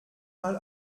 mal